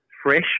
fresh